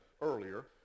earlier